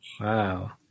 Wow